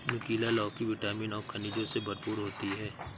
नुकीला लौकी विटामिन और खनिजों से भरपूर होती है